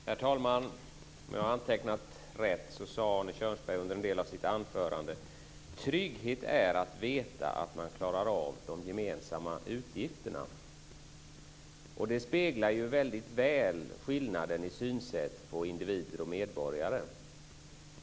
Herr talman! Om jag har antecknat rätt sade Arne Kjörnsberg under en del av sitt anförande: Trygghet är att veta att man klarar av de gemensamma utgifterna. Det speglar väldigt väl skillnaden i våra sätt att se på individer och medborgare.